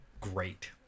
great